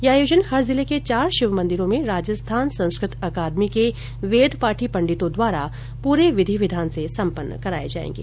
ये आयोजन हर जिले के चार शिव मंदिरों में राजस्थान संस्कृत अकादमी के वेदपाठी पण्डितों द्वारा पूरे विधि विधान से सम्पन्न कराये जाएंगे